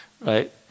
right